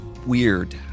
weird